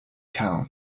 town